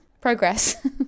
Progress